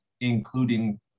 including